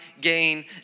gain